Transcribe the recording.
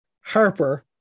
Harper